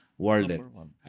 World